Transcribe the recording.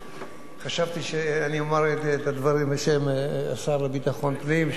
כי חשבתי שאני אומר את הדברים בשם השר לביטחון פנים,